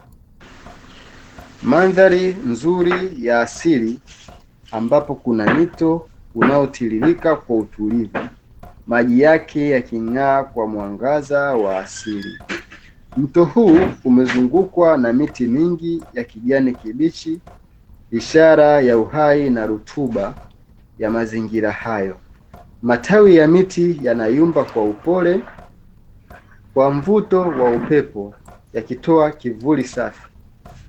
Mandhari nzuri ya asili ambapo kuna mto unaotiririka kwa utulivu, maji yake yaking'aa kwa mwangaza wa asili. Mto huu umezungukwa na miti mingi ya kijani kibichi, ishara ya uhai na rutuba ya mazingira hayo. Matawi ya miti yanayumba kwa upole kwa mvuto wa upepo yakitoa kivuli safi.